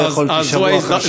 לא יכולתי שבוע אחר שבוע.